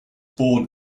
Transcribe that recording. born